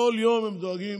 בכל יום הם דואגים